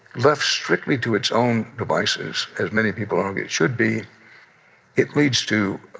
left strictly to its own devices as many people argue it should be it leads to